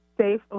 safe